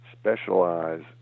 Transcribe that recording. specialize